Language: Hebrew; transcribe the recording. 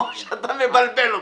או אתה מבלבל אותי.